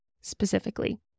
specifically